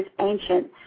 ancient